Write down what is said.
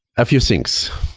a few things.